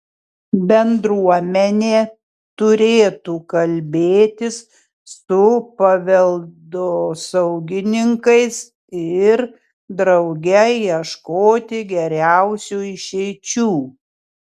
bendruomenė turėtų kalbėtis su paveldosaugininkais ir drauge ieškoti geriausių išeičių